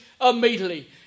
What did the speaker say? immediately